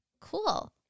Cool